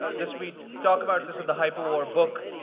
this we talk about this in the hyperwar book.